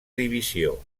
divisió